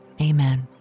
amen